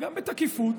גם בתקיפות,